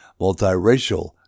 multiracial